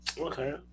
Okay